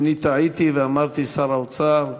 אני טעיתי ואמרתי שר האוצר.